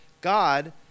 God